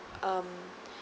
um